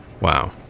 Wow